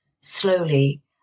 slowly